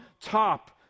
top